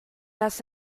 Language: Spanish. las